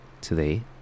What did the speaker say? today